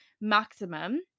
Maximum